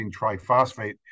triphosphate